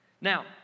Now